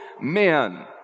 men